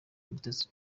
mutesi